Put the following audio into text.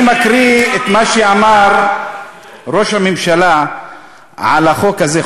אני מקריא את מה שאמר ראש הממשלה על החוק הזה,